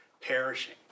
perishing